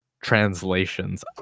translations